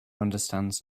understands